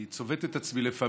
אני צובט את עצמי לפעמים,